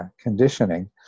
conditioning